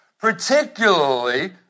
particularly